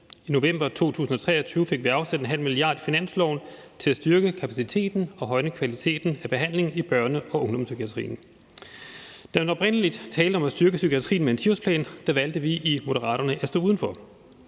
I november 2023 fik vi afsat ½ mia. kr. i finansloven til at styrke kapaciteten og højne kvaliteten af behandlingen i børne- og ungdomspsykiatrien. Da der oprindelig var tale om at styrke psykiatrien med en tidsplan, valgte vi i Moderaterne at stå udenfor.